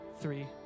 three